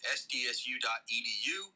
sdsu.edu